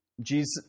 Jesus